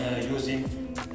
using